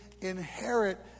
inherit